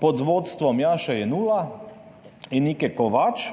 pod vodstvom Jaše Jenulla in Nike Kovač